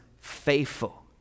faithful